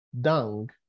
dung